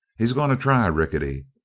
he's going to try rickety.